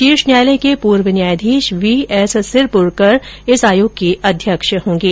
शीर्ष न्यायालय के पूर्व न्यायाधीश वी एस सिरपुरकर इस आयोग के अध्यक्ष होंगे